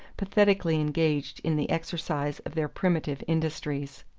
pathetically engaged in the exercise of their primitive industries.